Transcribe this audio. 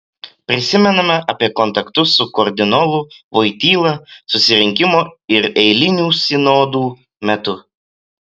prisimenama apie kontaktus su kardinolu voityla susirinkimo ir eilinių sinodų metu